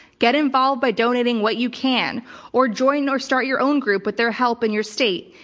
get involved by donating what you can or join or start your own group with their help in your state.